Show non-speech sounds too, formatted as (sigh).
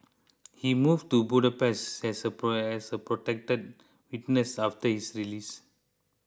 he moved to Budapest as a (unintelligible) as the protected witness after his release